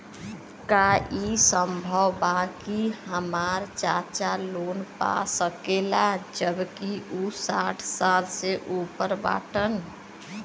का ई संभव बा कि हमार चाचा लोन पा सकेला जबकि उ साठ साल से ऊपर बाटन?